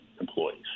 employees